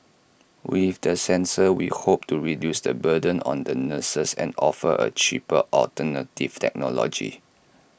with the sensor we hope to reduce the burden on the nurses and offer A cheaper alternative technology